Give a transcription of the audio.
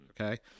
okay